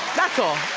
that's all.